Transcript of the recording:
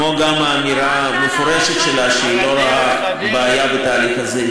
כמו גם האמירה המפורשת שלה שהיא לא רואה בעיה בתהליך הזה.